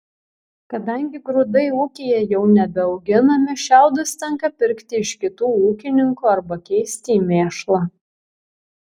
kadangi grūdai ūkyje jau nebeauginami šiaudus tenka pirkti iš kitų ūkininkų arba keisti į mėšlą